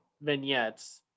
vignettes